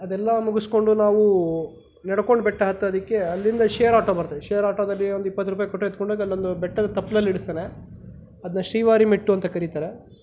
ಅದೆಲ್ಲ ಮುಗಿಸ್ಕೊಂಡು ನಾವು ನಡಕೊಂಡು ಬೆಟ್ಟ ಹತ್ತೋದಕ್ಕೆ ಅಲ್ಲಿಂದ ಶೇರ್ ಆಟೋ ಬರ್ತದೆ ಶೇರ್ ಆಟೋದಲ್ಲಿ ಒಂದು ಇಪ್ಪತ್ತು ರೂಪಾಯಿ ಕೊಟ್ಟರೆ ಎತ್ತ್ಕೊಂಡು ಹೋಗ್ ಅಲ್ಲೊಂದು ಬೆಟ್ಟದ ತಪ್ಪಲಲ್ಲಿ ಇಳಿಸ್ತಾನೆ ಅದನ್ನ ಶ್ರೀರಿ ಮೆಟ್ಟು ಅಂತ ಕರೀತಾರೆ